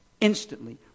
instantly